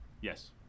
Yes